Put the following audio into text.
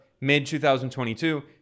mid-2022